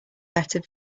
better